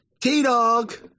T-Dog